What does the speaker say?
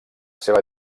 seva